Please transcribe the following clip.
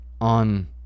on